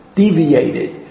deviated